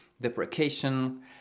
deprecation